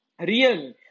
real